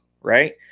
right